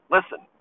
Listen